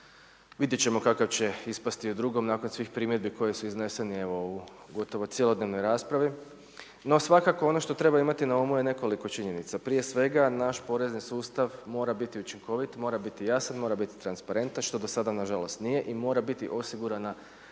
vidjet ćemo kakav će ispasti u drugom nakon svih primjedbi koje su iznesene u gotovo cjelodnevnoj raspravi no svakako ono što treba imati na umu je nekoliko činjenica. Prije svega, naš porezni sustav mora biti učinkovit, mora biti jasan, mora biti transparentan što do sada nažalost nije i mora biti osigurana